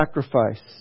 sacrifice